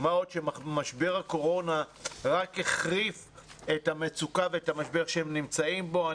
מה עוד שמשבר הקורונה רק החריף את המצוקה ואת המשבר שהם נמצאים בו.